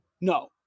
no